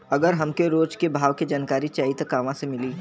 अगर हमके रोज के भाव के जानकारी चाही त कहवा से मिली?